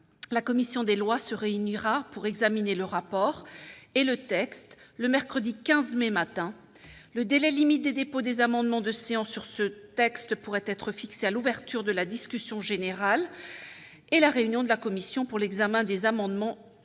la commission des Lois se réunira pour examiner le rapport et le texte, le mercredi 15 mai matin le délai limite de dépôt des amendements de séance sur ce texte pourrait être fixée à l'ouverture de la discussion générale et la réunion de la commission pour l'examen des amendements